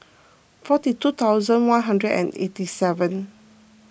forty two thousand one hundred and eighty seven